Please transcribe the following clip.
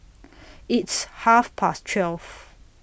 its Half Past twelve